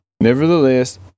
Nevertheless